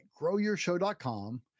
growyourshow.com